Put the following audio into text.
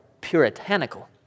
puritanical